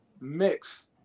mix